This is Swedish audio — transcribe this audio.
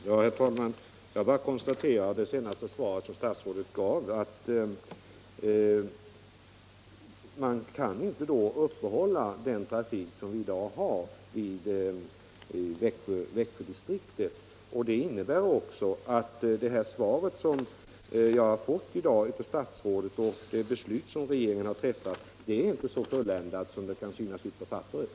Herr talman! Jag konstaterar att statsrådets senaste inlägg innebär att man inte kan uppehålla den trafik som i dag finns i Växjödistriktet. Det innebär också att det svar som jag fått av statsrådet i dag och det beslut som regeringen har fattat inte är så fulländade de som de kan se ut på papperet.